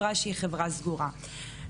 אלא שגם הרשתות החברתיות,